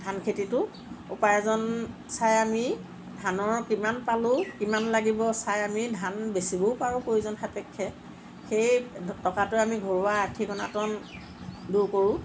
ধান খেতিটো উপাৰ্জন চাই আমি ধানৰ কিমান পালোঁ কিমান লাগিব চাই আমি ধান বেচিবও পাৰোঁ প্ৰয়োজন সাপেক্ষে সেই টকাটোৱে আমি ঘৰুৱা আৰ্থিক অনাটন দূৰ কৰোঁ